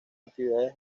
actividades